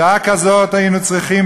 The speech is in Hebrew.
בשעה כזאת היינו צריכים,